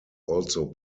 also